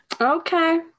Okay